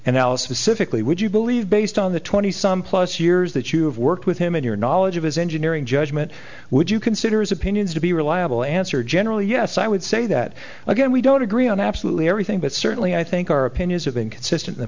specifically would you believe based on the twenty some plus years that you have worked with him and your knowledge of his engineering judgment would you consider his opinions to be reliable answer generally yes i would say that again we don't agree on absolutely everything but certainly i think our opinions have been consistent in the